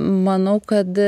manau kad